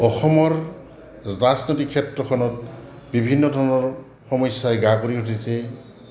অসমৰ ৰাজনৈতিক ক্ষেত্ৰখনত বিভিন্ন ধৰণৰ সমস্যাই গা কৰি উঠিছে